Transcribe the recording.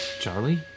Charlie